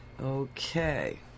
Okay